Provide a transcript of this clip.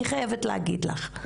אני חייבת להגיד לך,